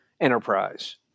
enterprise